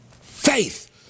Faith